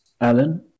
Alan